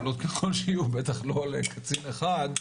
בטח לא על קצין אחד.